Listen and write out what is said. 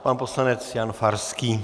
Pan poslanec Jan Farský.